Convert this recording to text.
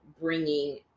bringing